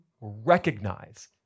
recognize